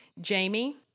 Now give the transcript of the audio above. Jamie